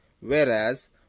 Whereas